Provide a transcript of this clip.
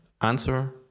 answer